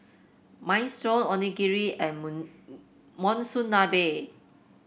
Minestrone Onigiri and Monsunabe